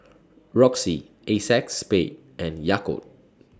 Roxy Acex Spade and Yakult